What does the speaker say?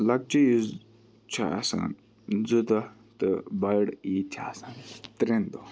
لَکچہِ عیٖز چھِ آسان زٕ دۄہ تہٕ بٔڑ عیٖد چھِ آسان ترٮ۪ن دۄہَن